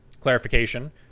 clarification